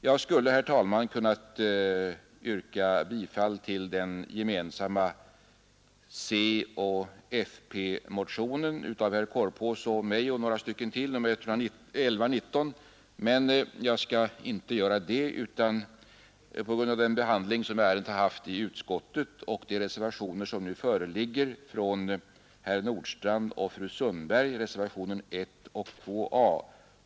Jag skulle, herr talman, kunnat yrka bifall till den gemensamma coch fp-motionen 1119 av herr Korpås och mig och ytterligare några ledamöter, men jag skall inte göra det, på grund av behandlingen av ärendet i utskottet och de reservationer som nu föreligger av herr Nordstrandh och fru Sundberg, reservationerna 1 och 2 a.